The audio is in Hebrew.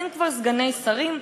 הם כבר סגני שרים.